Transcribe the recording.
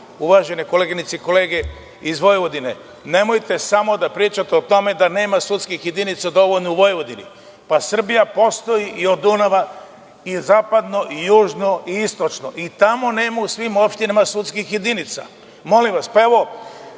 uvažene koleginice i kolege iz Vojvodine, nemojte samo da pričate o tome da nema sudskih jedinica dovoljno u Vojvodini. Srbija postoji od Dunava i zapadno i južno i istočno. I tamo nema u svim opštinama sudskih jedinica. Molim vas, pa